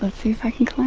and see if i can